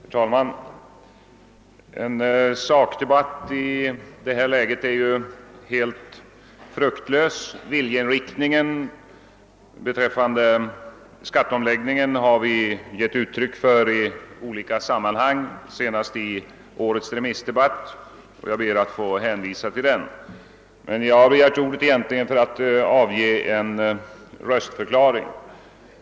Herr talman! En sakdebatt i det här läget är ju helt fruktlös. Vår viljeinriktning när det gäller skatteomläggningen har vi givit uttryck för i olika sammanhang, senast i årets remissdebatt, och jag ber att få hänvisa till den. Jag har begärt ordet bara för att lämna en röstförklaring.